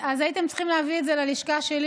אז הייתם צריכים להביא את זה ללשכה שלי